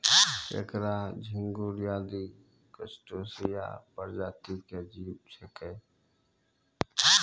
केंकड़ा, झिंगूर आदि क्रस्टेशिया प्रजाति के जीव छेकै